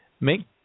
make